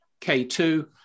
K2